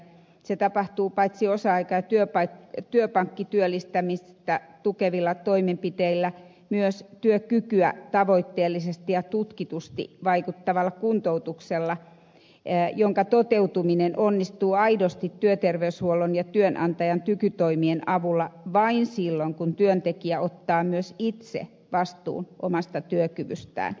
se tapahtuu paitsi osa aika ja työpankkityöllistämistä tukevilla toimenpiteillä myös työkykyyn tavoitteellisesti ja tutkitusti vaikuttavalla kuntoutuksella jonka toteutuminen onnistuu aidosti työterveyshuollon ja työnantajan tykytoimien avulla vain silloin kun työntekijä ottaa myös itse vastuun omasta työkyvystään